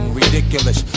ridiculous